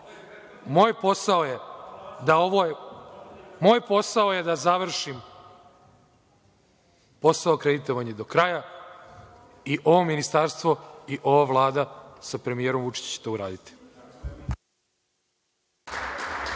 posao je da završim posao akreditovanja do kraja i ovo ministarstvo i ova Vlada sa premijerom Vučićem će to uraditi.